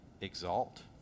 exalt